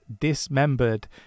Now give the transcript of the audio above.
dismembered